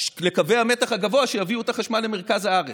אז יש כאלה שמתנגדים לקווי המתח הגבוה שיביאו את החשמל למרכז הארץ.